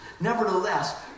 Nevertheless